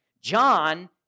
John